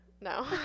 No